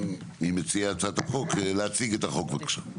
מציעי הצעת החוק, להציג את החוק בבקשה.